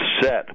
set